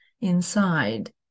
inside